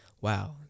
wow